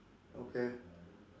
okay